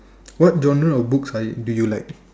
what genre of books do you like